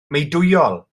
meudwyol